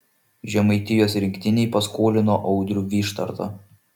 žemaitijos rinktinei paskolino audrių vyštartą